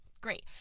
Great